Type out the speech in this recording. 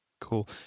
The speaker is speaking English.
Cool